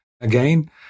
Again